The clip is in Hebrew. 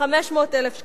500,000 שקלים.